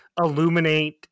illuminate